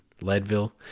Leadville